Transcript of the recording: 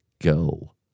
Go